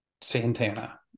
Santana